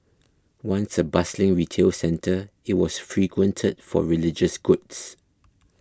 once a bustling retail centre it was frequented for religious goods